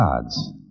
gods